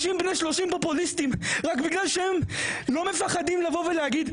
כמוני פופוליסטים רק בגלל שאנחנו לא מפחדים לבוא ולדבר.